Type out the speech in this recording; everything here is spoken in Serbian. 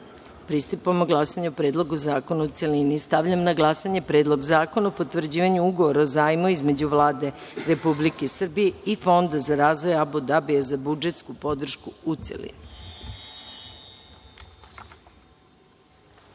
pristupamo glasanju o Predlogu zakona u celini. Stavljam na glasanje Predlog zakona o potvrđivanju Ugovora o zajmu između Vlade Republike Srbije i Fonda za razvoj Abu Dabija za budžetsku podršku, u